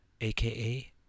AKA